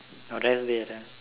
now rest day lah